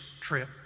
trip